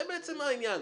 זה בעצם העניין.